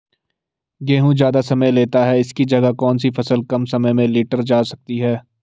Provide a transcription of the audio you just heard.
गेहूँ ज़्यादा समय लेता है इसकी जगह कौन सी फसल कम समय में लीटर जा सकती है?